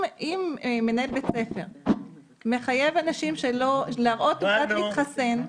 אם מנהל בית ספר מחייב להראות תעודת מתחסן,